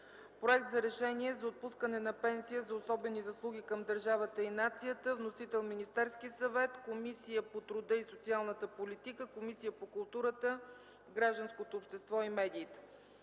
Проект за решение за отпускане на пенсия за особени заслуги към държавата и нацията. Вносител е Министерският съвет. Разпределен е на Комисията по труда и социалната политика и Комисията по културата, гражданското общество и медиите.